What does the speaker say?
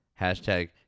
Hashtag